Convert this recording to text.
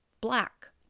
black